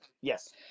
Yes